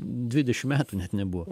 dvidešim metų net nebuvo